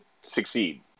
succeed